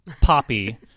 poppy